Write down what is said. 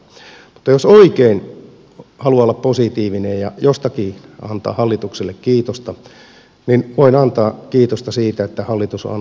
mutta jos oikein haluaa olla positiivinen ja jostakin antaa hallitukselle kiitosta niin voin antaa kiitosta siitä että hallitus on antanut tietoa